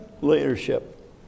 leadership